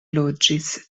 loĝis